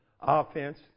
offense